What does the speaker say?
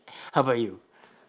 how about you